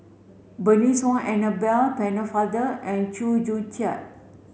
Bernice Wong Annabel Pennefather and Chew Joo Chiat